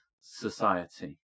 society